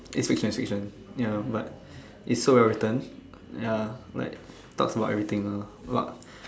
it's fiction it's fiction ya but it's so well written ya like talks about everything lah about